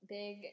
big